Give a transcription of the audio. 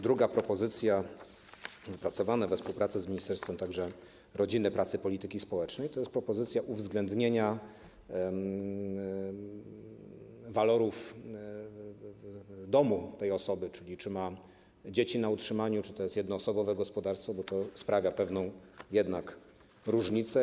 Drugą propozycją opracowaną we współpracy z Ministerstwem Rodziny i Polityki Społecznej jest propozycja uwzględnienia walorów domu tej osoby, czyli czy ma dzieci na utrzymaniu, czy to jest jednoosobowe gospodarstwo, bo to sprawia, że jest jednak pewna różnica.